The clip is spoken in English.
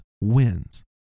wins